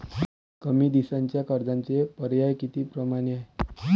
कमी दिसाच्या कर्जाचे पर्याय किती परमाने हाय?